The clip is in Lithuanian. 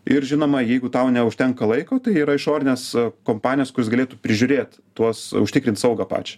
ir žinoma jeigu tau neužtenka laiko tai yra išorinės kompanijos kurios galėtų prižiūrėt tuos užtikrint saugą pačią